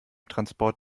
transport